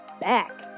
back